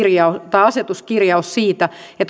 asetuskirjaus siitä